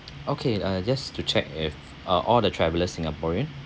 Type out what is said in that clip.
okay uh just to check if uh all the travellers singaporean